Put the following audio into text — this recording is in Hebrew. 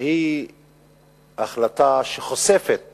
היא החלטה שחושפת